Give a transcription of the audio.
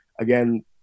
again